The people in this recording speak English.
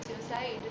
suicide